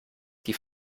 die